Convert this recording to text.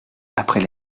après